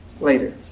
later